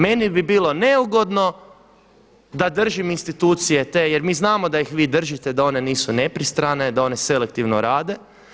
Meni bi bilo neugodno da držim institucije te jer mi znamo da ih vi držite, da one nisu nepristrane, da one selektivno rade.